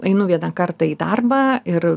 einu vieną kartą į darbą ir